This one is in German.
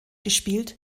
gespielt